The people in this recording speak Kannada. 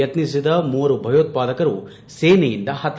ಯತ್ನಿಸಿದ ಮೂವರು ಭೆಯೋತ್ಸಾದಕರು ಸೇನೆಯಿಂದ ಹತೆ